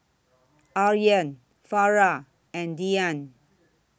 Aryan Farah and Dian